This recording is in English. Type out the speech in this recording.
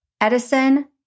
Edison